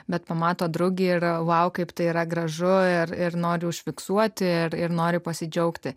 bet pamato drugį ir vau kaip tai yra gražu ir ir nori užfiksuoti ir ir nori pasidžiaugti